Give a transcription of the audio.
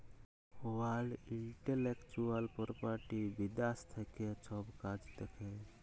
world intellectual property বিদ্যাশ থ্যাকে ছব কাজ দ্যাখে